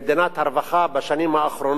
מדינת הרווחה בשנים האחרונות,